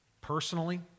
personally